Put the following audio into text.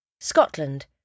Scotland